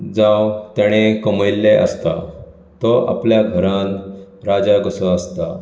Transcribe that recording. जावं तेंणे कमयल्लें आसता तो आपल्या घरांत राजा कसो आसता